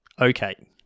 Okay